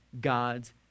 God's